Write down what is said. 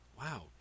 Wow